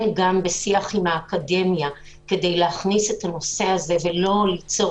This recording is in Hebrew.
כן גם בשיח עם האקדמיה כדי להכניס את הנושא הזה ולא ליצור